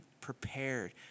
prepared